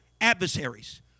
adversaries